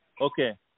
Okay